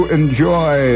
enjoy